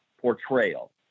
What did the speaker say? portrayal